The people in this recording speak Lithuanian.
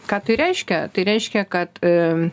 ką tai reiškia tai reiškia kad